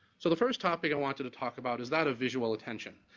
so the first topic i want to to talk about is that of visual attention.